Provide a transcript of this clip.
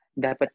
Dapat